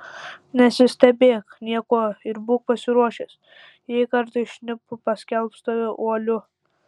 nesistebėk niekuo ir būk pasiruošęs jei kartais šnipu paskelbs tave uoliu